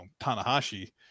Tanahashi